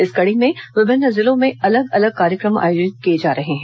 इसी कड़ी में विभिन्न जिलों में अलग अलग कार्यक्रम आयोजित किए जा रहे हैं